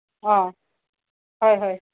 অঁ হয় হয়